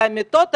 על המיטות,